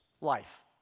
life